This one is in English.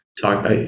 talk